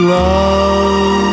love